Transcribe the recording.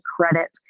credit